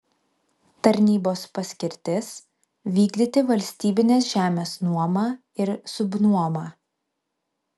tarnybos paskirtis vykdyti valstybinės žemės nuomą ir subnuomą